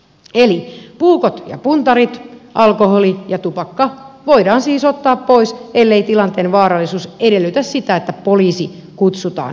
eli puukot ja puntarit alkoholi ja tupakka voidaan siis ottaa pois ellei tilanteen vaarallisuus edellytä sitä että poliisi kutsutaan paikalle